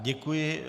Děkuji.